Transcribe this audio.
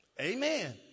Amen